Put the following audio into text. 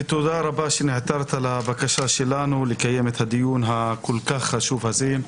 תודה שנעתרת לבקשה שלנו לקיים את הדיון הכול-כך חשוב הזה.